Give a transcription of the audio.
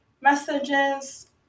messages